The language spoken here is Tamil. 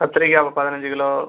கத்திரிக்காய் பதினைஞ்சி கிலோ